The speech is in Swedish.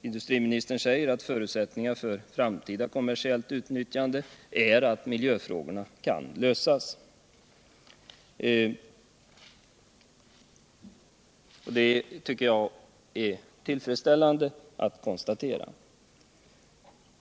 Industriministern säger aut en förutsättning för framtida kommersiellt utnyttjande av skiffern är att miljöproblemen kan lösas. Detta tycker jag är tillfredsställande att konstatera.